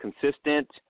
consistent